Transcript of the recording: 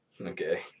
Okay